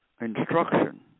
instruction